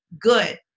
good